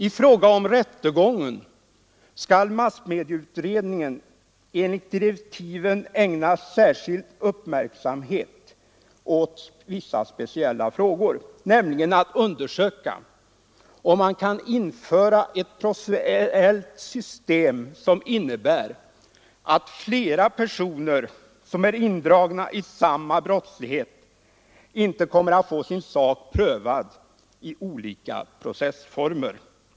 I fråga om rättegången skall massmedieutredningen enligt direktiven ägna särskild uppmärksamhet åt vissa speciella frågor. Den skall undersöka om man kan införa ett processuellt system som innebär att flera personer som är indragna i samma brottslighet inte kommer att få sin sak prövad i olika processformer.